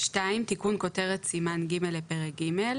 תיקון כותרת סימן ג' לפרק ג'